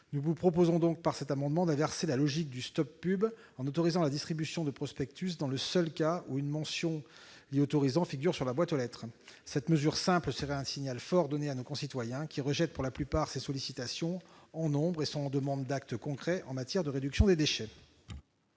nous vous proposons d'inverser la logique du « Stop pub » en autorisant la distribution de prospectus dans le seul cas où une mention l'y autorisant figure sur la boîte aux lettres. Cette mesure simple serait un signal fort donné à nos concitoyens, qui rejettent pour la plupart ces sollicitations en nombre et qui sont demandeurs d'actes concrets en matière de réduction des déchets.